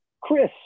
Chris